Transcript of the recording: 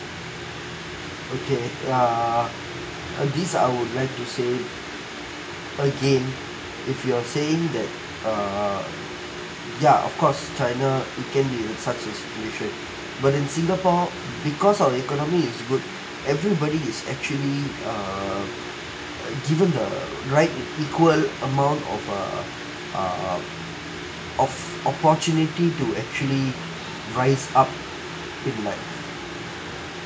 okay ya uh this I would like to say again if you're saying that err ya of course china it can be in such a situation but in singapore because of economy is good everybody is actually err uh given a right e~ equal amount of a uh of opportunity to actually rise up in like